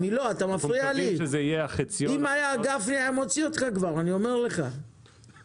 אתם מפריעים לי לנהל את הדיון, אתם